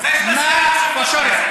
תגיד מה אתה משאיר לנו.